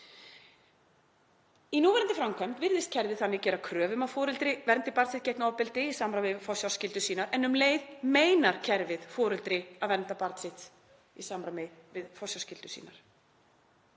Í núverandi framkvæmd virðist kerfið þannig gera kröfu um að foreldri verndi barn sitt gegn ofbeldi í samræmi við forsjárskyldu sína en um leið meinar kerfið foreldri að vernda barn sitt í samræmi við forsjárskyldur sínar.